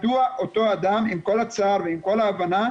מדוע אותו אדם עם כל הצער ועם כל ההבנה,